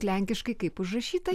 lenkiškai kaip užrašyta